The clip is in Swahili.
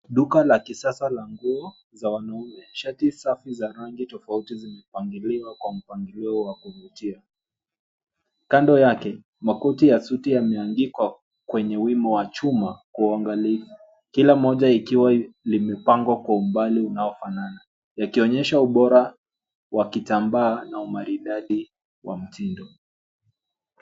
Duka la kisasa la nguo za wanaume shati safi za rangi tofauti zimepangiliwa kwa mpangilio wa kuvutia. Kando yake makoti ya suti yameanikwa kwenye wima wa chuma kwa uangalifu. Kila moja ikiwa limepangwa kwa umbali unaofanana, yakionyesha ubora wa kitambaa na umaridadi wa mtindo.